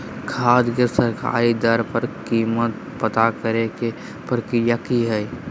खाद के सरकारी दर पर कीमत पता करे के प्रक्रिया की हय?